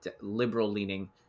liberal-leaning